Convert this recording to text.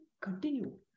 continue